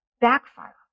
backfire